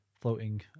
floating